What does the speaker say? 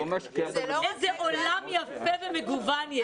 איזה עולם יפה ומגוון יש.